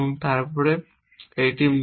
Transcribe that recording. তারপরে এটি মূলত